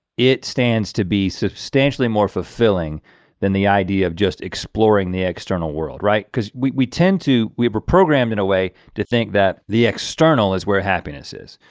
it stands to be substantially more fulfilling than the idea of just exploring the external world, right? because we we tend to, we were programmed in a way to think that the external is where happiness is,